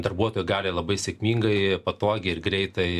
darbuotojai gali labai sėkmingai patogiai ir greitai